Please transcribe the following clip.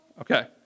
Okay